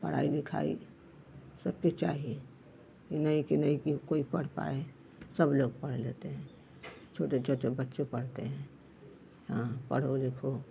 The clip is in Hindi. पढ़ाई लिखाई सबके चाहिए इ नहीं कि नहीं कोई पढ़ता है सब लोग पढ़ लेते हैं छोटे छोटे बच्चे पढ़ते हैं हाँ पढ़ो लिखो